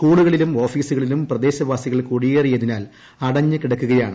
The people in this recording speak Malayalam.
സ്കൂളുകളിലും ഓഫീസുകളിലും പ്രദേശവാസികൾ കുടിയേറിയതിനാൽ അടഞ്ഞു കിടക്കുകയാണ്